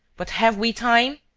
but have we time?